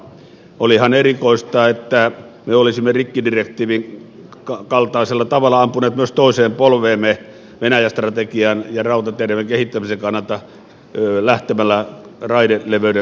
olihan erikoista että me olisimme rikkidirektiivin kaltaisella tavalla ampuneet myös toiseen polveemme venäjä strategian ja rautateidemme kehittämisen kannalta lähtemällä raideleveyden kaventamisesta liikkeelle